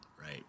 Right